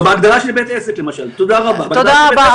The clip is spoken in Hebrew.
לא, בהגדרה של בית עסק למשל יהיה --- תודה רבה.